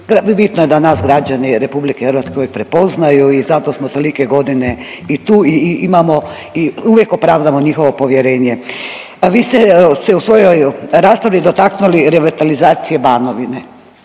bitno je da nas građani RH uvijek prepoznaju i zato smo tolike godine i tu i imamo i uvijek opravdamo njihovo povjerenje. A vi ste se u svojoj raspravi dotaknuli revitalizacije Banovine